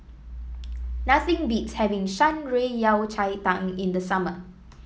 nothing beats having Shan Rui Yao Cai Tang in the summer